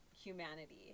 humanity